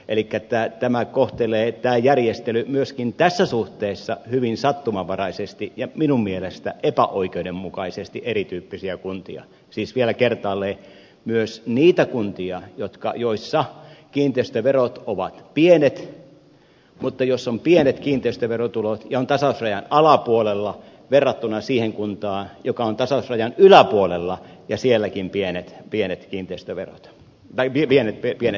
elikkä tämä järjestely kohtelee myöskin tässä suhteessa hyvin sattumanvaraisesti ja minun mielestäni epäoikeudenmukaisesti erityyppisiä kuntia siis vielä kertaalleen myös niitä kuntia joissa kiinteistöverot ovat pienet mutta jos on pienet kiinteistö verotulot ja on tasausrajan alapuolella verrattuna siihen kuntaan joka on tasausrajan yläpuolella ja sielläkin pienet verotulot